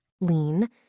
Lean